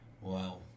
Wow